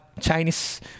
Chinese